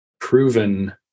proven